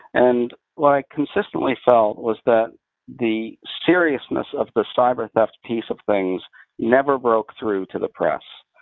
and what i consistently felt was that the seriousness of the cyber theft piece of things never broke through to the press.